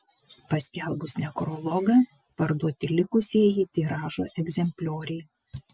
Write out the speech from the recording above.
paskelbus nekrologą parduoti likusieji tiražo egzemplioriai